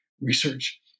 research